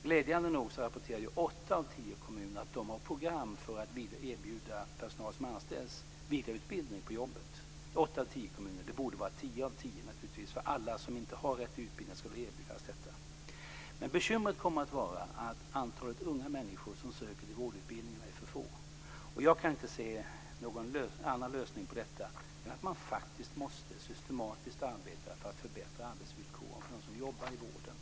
Glädjande nog rapporterar ju åtta av tio kommuner att de har program för att erbjuda personal som anställs vidareutbildning på jobbet, alltså åtta av tio kommuner. Det borde naturligtvis vara tio av tio. Alla som inte har rätt utbildning borde erbjudas detta. Bekymret kommer att vara att antalet unga människor som söker till vårdutbildningarna är för litet. Jag kan inte se någon annan lösning på detta än att man faktiskt systematiskt måste arbeta för att förbättra arbetsvillkoren för dem som jobbar i vården.